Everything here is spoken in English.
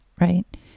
right